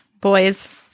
boys